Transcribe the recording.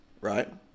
right